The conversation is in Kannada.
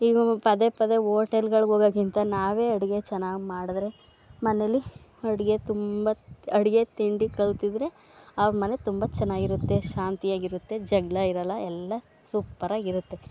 ಈಗ ನಾವು ಪದೇ ಪದೇ ಹೋಟೆಲ್ಗಳಿಗೆ ಹೋಗೋಕ್ಕಿಂತ ನಾವೇ ಅಡುಗೆ ಚೆನ್ನಾಗಿ ಮಾಡಿದರೆ ಮನೇಲಿ ಅಡುಗೆ ತುಂಬ ಅಡುಗೆ ತಿಂಡಿ ಕಲಿತಿದ್ರೆ ಆ ಮನೆ ತುಂಬ ಚೆನ್ನಾಗಿರುತ್ತೆ ಶಾಂತಿಯಾಗಿರುತ್ತೆ ಜಗಳ ಇರಲ್ಲ ಎಲ್ಲ ಸುಪರಾಗಿರುತ್ತೆ